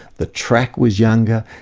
the track was younger,